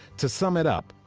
to sum it up,